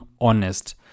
honest